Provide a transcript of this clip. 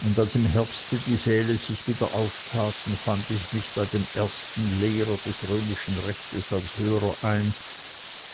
und als im herbste die säle sich wieder auftaten fand ich mich bei dem ersten lehrer des römischen rechtes als hörer ein